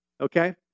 okay